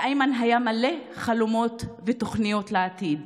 לאיימן היו מלא חלומות ותוכניות לעתיד,